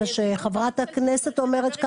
מה שחברת הכנסת אומרת כאן,